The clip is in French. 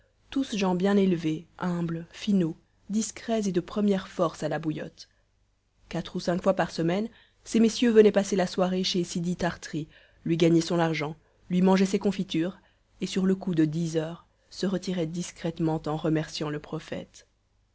tous gens bien élevés humbles finauds discrets et de première force à la bouillotte quatre ou cinq fois par semaine ces messieurs venaient passer la soirée chez sidi tart'ri lui gagnaient son argent lui mangeaient ses confitures et sur le coup de dix heures se retiraient discrètement en remerciant le prophète